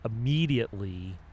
immediately